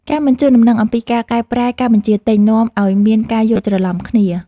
ការមិនជូនដំណឹងអំពីការកែប្រែការបញ្ជាទិញ នាំឱ្យមានការយល់ច្រឡំគ្នា។